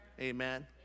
Amen